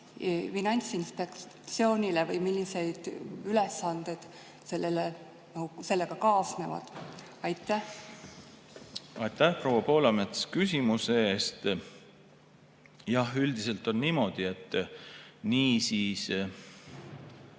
Finantsinspektsioonile või millised ülesanded sellega kaasnevad? Aitäh, proua Poolamets, küsimuse eest! Jah, üldiselt on niimoodi, et